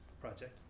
project